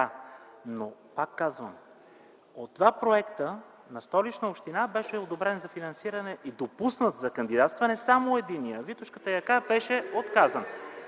Но, пак казвам, от два проекта на Столична община беше одобрен за финансиране и допуснат за кандидатстване само единият. Витошката яка беше отказан.